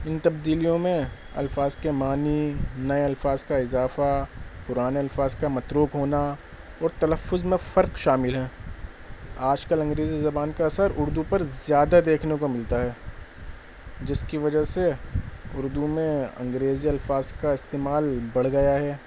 ان تبدیلیوں میں الفاظ کے معنی نئے الفاظ کا اضافہ پرانے الفاظ کا متروک ہونا اور تلفظ میں فرق شامل ہیں آج کل انگریزی زبان کا اثر اردو پر زیادہ دیکھنے کو ملتا ہے جس کی وجہ سے اردو میں انگریزی الفاظ کا استعمال بڑھ گیا ہے